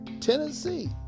Tennessee